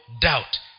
doubt